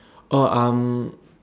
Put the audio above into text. oh um